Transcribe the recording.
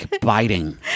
biting